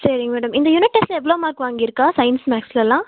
சரிங்க மேடம் இந்த யூனிட் டெஸ்ட்டில் எவ்வளோ மார்க் வாங்கியிருக்கா சயின்ஸ் மேக்ஸ்லெல்லாம்